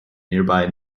nearby